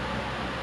ya like